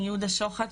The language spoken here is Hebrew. מיהודה שוחט,